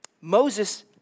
Moses